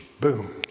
boom